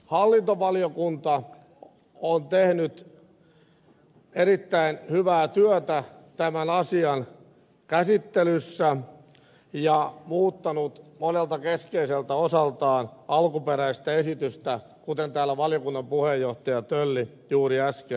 hallintovaliokunta on tehnyt erittäin hyvää työtä tämän asian käsittelyssä ja muuttanut monelta keskeiseltä osalta alkuperäistä esitystä kuten täällä valiokunnan puheenjohtaja tölli juuri äsken kertoi